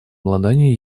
обладание